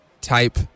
type